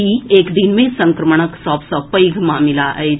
ई एक दिन मे संक्रमणक सभ सँ पैघ मामिला अछि